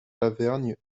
lavergne